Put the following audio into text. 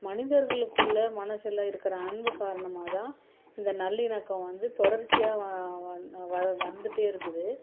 மனிதர்களுக்குள்ள மனசில் இருக்கிற அன்பு காரணமாகதான் இந்த நல்லிணக்கம் வந்து தொடர்ச்சியாக வ வந் வழ வந்துகிட்டே இருக்குது